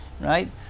right